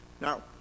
now